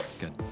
good